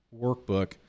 workbook